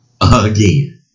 again